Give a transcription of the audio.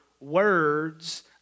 words